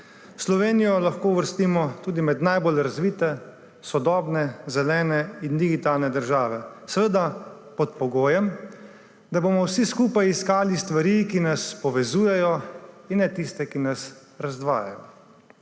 Slovenijo lahko uvrstimo tudi med najbolj razvite, sodobne, zelene in digitalne države, seveda pod pogojem, da bomo vsi skupaj iskali stvari, ki nas povezujejo, in ne tistih, ki nas razdvajajo.